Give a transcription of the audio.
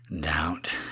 doubt